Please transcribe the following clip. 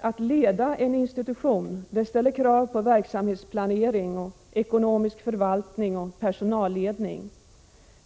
Att leda en institution ställer krav på kunskaper om verksamhetsplanering, ekonomisk förvaltning och personalledning.